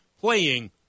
playing